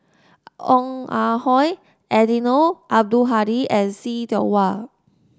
Ong Ah Hoi Eddino Abdul Hadi and See Tiong Wah